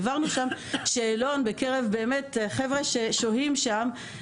העברנו שם שאלון בקרב חבר'ה ששוהים שם,